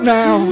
now